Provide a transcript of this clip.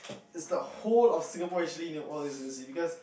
it's got whole of Singapore actually know all these because